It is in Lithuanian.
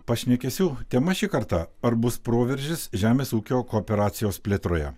pašnekesių tema šį kartą ar bus proveržis žemės ūkio kooperacijos plėtroje